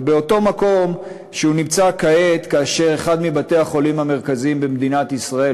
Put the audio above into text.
ובאותו מקום שהוא נמצא כעת כאשר אחד מבתי-החולים המרכזיים במדינת ישראל,